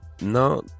no